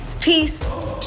peace